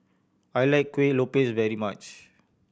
I like Kueh Lopes very much